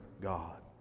God